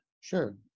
Sure